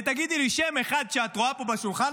ותגידי לי שם אחד שאת רואה פה בשולחן